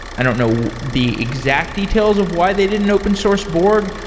i don't know the exact details of why they didn't open source borg,